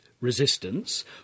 resistance